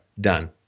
done